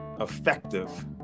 effective